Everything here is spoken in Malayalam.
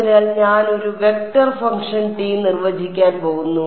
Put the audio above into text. അതിനാൽ ഞാൻ ഒരു വെക്റ്റർ ഫംഗ്ഷൻ ടി നിർവചിക്കാൻ പോകുന്നു